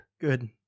good